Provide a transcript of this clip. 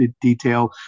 detail